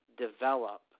develop